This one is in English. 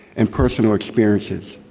and personal experiences.